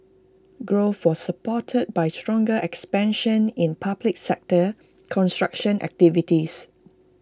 growth was supported by stronger expansion in public sector construction activities